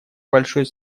большой